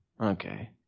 okay